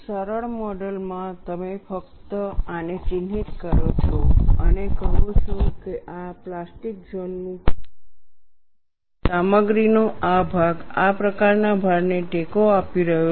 સરળ મોડલ માં તમે ફક્ત આને ચિહ્નિત કરો છો અને કહો છો કે આ પ્લાસ્ટિક ઝોન નું કદ છે જ્યારે સામગ્રીનો આ ભાગ આ પ્રકારના ભારને ટેકો આપી રહ્યો છે